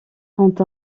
quand